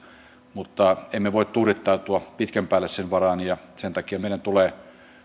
mutta emme voi tuudittautua pitkän päälle sen varaan sen takia meidän tulee